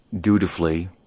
dutifully